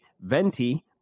Venti